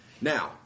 Now